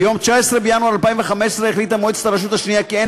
ביום 19 בינואר 2015 החליטה מועצת הרשות השנייה כי אין